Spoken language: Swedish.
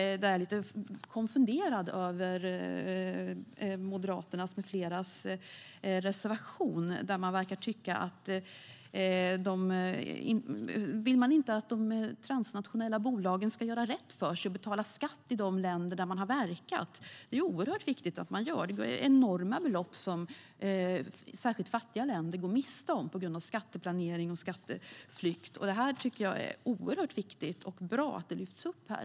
Jag är lite konfunderad över reservationen från Moderaterna med flera. Vill ni inte att de transnationella bolagen ska göra rätt för sig och betala skatt i de länder där de har verkat? Det är ju oerhört viktigt. Det är enorma belopp som framför allt fattiga länder går miste om på grund av skatteplanering och skatteflykt. Det är viktigt och bra att detta lyfts upp här.